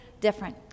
different